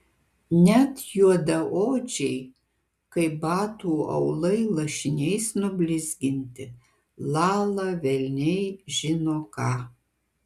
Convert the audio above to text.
net juodaodžiai kaip batų aulai lašiniais nublizginti lala velniai žino ką